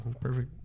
perfect